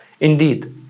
Indeed